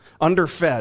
underfed